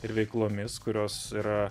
ir veiklomis kurios yra